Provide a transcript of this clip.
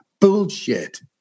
bullshit